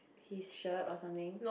his shirt or something